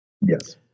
Yes